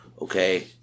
okay